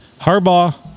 Harbaugh